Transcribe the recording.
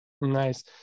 Nice